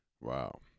Wow